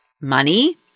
money